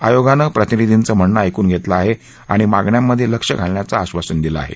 आयोगानं प्रतिनिधींचं म्हणणं ऐकून घेतलं आहे आणि मागण्यांमध्ये लक्ष घालण्याचं आश्वासन दिलं आहे